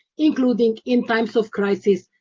including in times of crisis,